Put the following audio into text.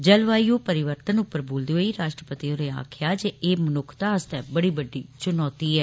जलवायु परिवर्तन उप्पर बोलदे होई राष्ट्रपति होरें आक्खेआ जे एह् मनुक्खता आस्तै बड़ी बड्डी चुनौती ऐ